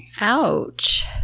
Ouch